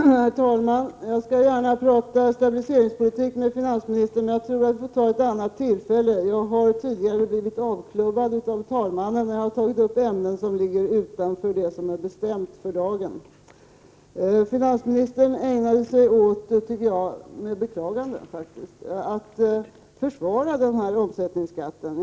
Herr talman! Jag skall gärna ta upp en diskussion om stabiliseringspolitik med finansministern, men jag tror att vi får ta ett annat tillfälle. Jag har tidigare blivit avklubbad av talmannen när jag tagit upp ämnen som ligger utanför det som är bestämt för dagen. Finansministern ägnade sig åt, med beklagande tycker jag faktiskt, att försvara den här omsättningsskatten.